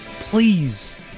Please